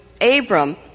Abram